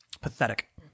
Pathetic